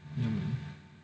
hmm